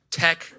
tech